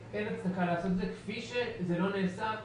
לעשות את זה כפי שזה לא נעשה.